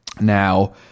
Now